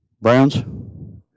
Browns